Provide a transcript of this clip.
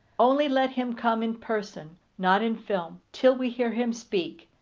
only let him come in person, not in film, till we hear him speak,